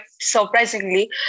surprisingly